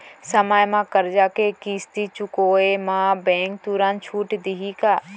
समय म करजा के किस्ती चुकोय म बैंक तुरंत छूट देहि का?